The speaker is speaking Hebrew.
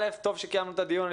טוב שקיימנו את הדיון,